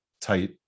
tight